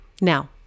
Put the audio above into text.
Now